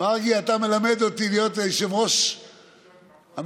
אתה מלמד אותי להיות היושב-ראש המיתולוגי,